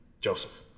Joseph